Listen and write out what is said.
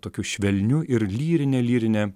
tokiu švelniu ir lyrine lyrine